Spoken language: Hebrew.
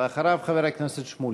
אחריו, חבר הכנסת שמולי.